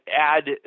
add